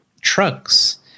trucks